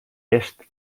est